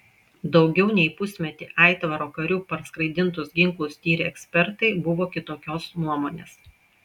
daugiau nei pusmetį aitvaro karių parskraidintus ginklus tyrę ekspertai buvo kitokios nuomonės